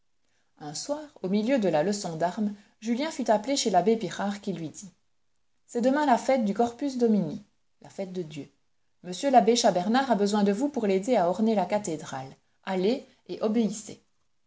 un soir au milieu de la leçon d'armes julien fut appelé chez l'abbé pirard qui lui dit c'est demain la fête du corpus domini la fête dieu m l'abbé chas bernard a besoin de vous pour l'aider à orner la cathédrale allez et obéissez